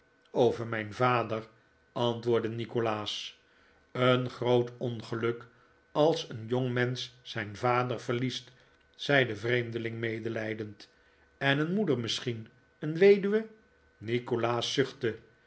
over mijn vader antwoordde nikolaas een groot ongeluk als een jongmensch zijn vader verliest zei de vreemdeling medelijdend en een moeder misschien een weduwe